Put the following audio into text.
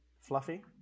Fluffy